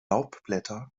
laubblätter